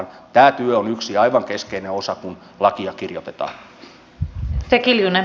tämä työ on yksi aivan keskeinen osa kun lakia kirjoitetaan